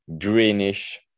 greenish